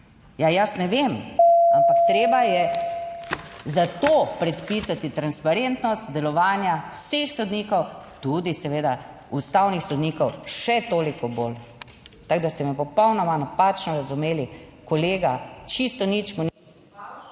Ja, jaz ne vem, ampak treba je za to predpisati transparentnost delovanja vseh sodnikov, tudi seveda ustavnih sodnikov še toliko bolj. Tako da ste me popolnoma napačno razumeli, kolega. Čisto nič mu nisem